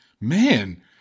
man